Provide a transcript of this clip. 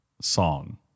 song